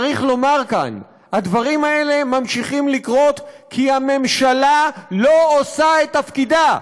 צריך לומר כאן: הדברים האלה ממשיכים לקרות כי הממשלה לא עושה את תפקידה,